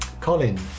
Colin